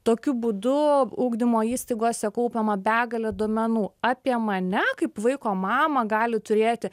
tokiu būdu ugdymo įstaigose kaupiama begalė duomenų apie mane kaip vaiko mamą gali turėti